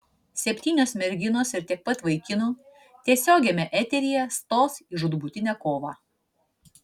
septynios merginos ir tiek pat vaikinų tiesiogiame eteryje stos į žūtbūtinę kovą